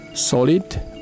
Solid